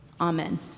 Amen